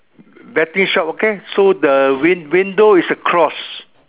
betting shop okay so the win~ window is a cross